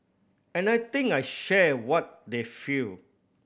and I think I share what they feel